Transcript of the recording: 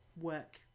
work